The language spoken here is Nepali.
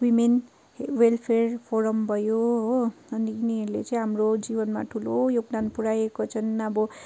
वुमेन वेलफेयर फोरम भयो हो अनि उनीहरूले चाहिँ हाम्रो जीवनमा ठुलो योगदान पुऱ्याएको छन् अब